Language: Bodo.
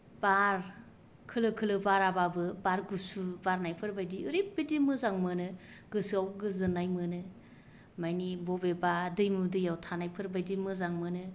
बार खोलो खोलो बाराबाबो बार गुसु बारनायफोर बायदि ओरैबायदि मोजां मोनो गोसोआव गोजोननाय मोनो माने बबेबा दैमु दैयाव थानायफोर बायदि मोजां मोनो